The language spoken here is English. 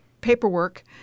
Paperwork